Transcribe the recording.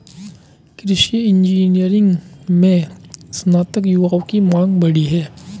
कृषि इंजीनियरिंग में स्नातक युवाओं की मांग बढ़ी है